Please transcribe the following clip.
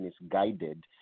misguided